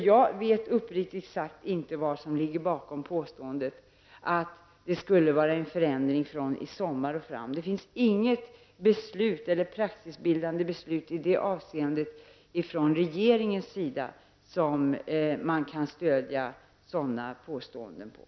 Jag vet uppriktigt sagt inte vad som ligger bakom påståendet att det skulle ha skett en förändring i sommar. Det föreligger i det avseendet från regeringens sida inget praxisbildande beslut som man kan stödja sådana påståenden på.